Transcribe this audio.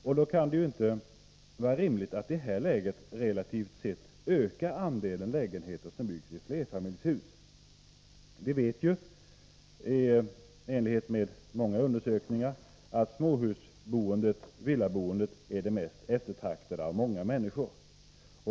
I det läget kan det inte vara rimligt att relativt sett öka andelen lägenheter som byggs i flerfamiljshus. Vi vet genom många undersökningar att småhusboendet — villaboendet — är det mest eftertraktade av många människor.